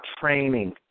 training